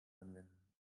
anwenden